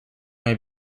may